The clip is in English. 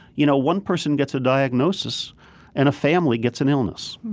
you know, one person gets a diagnosis and a family gets an illness.